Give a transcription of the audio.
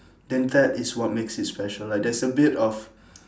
then that is what makes it special like there's a bit of